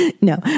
No